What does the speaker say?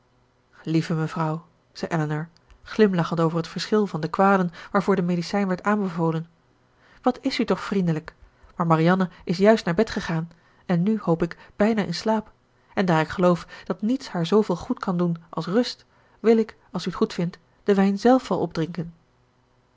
lieve mevrouw zei elinor glimlachend over het verschil van de kwalen waarvoor de medicijn werd aanbevolen wat is u toch vriendelijk maar marianne is juist naar bed gegaan en nu hoop ik bijna in slaap en daar ik geloof dat niets haar zooveel goed kan doen als rust wil ik als u t goedvindt den wijn zelf wel opdrinken